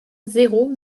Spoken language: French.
zéro